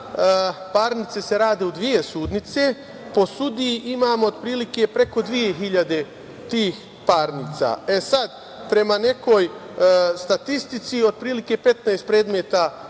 Parnice se rade u dve sudnice. Po sudiji imamo otprilike preko dve hiljade tih parnica. Prema nekoj statistici, otprilike 15 predmeta